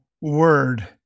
word